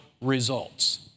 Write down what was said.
results